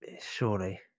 surely